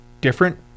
different